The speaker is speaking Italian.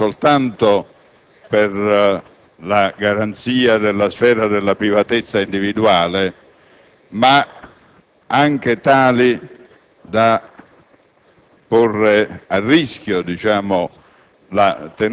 disvelando attività non soltanto lesive per la garanzia della sfera della privatezza individuale, ma anche tali da